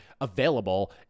available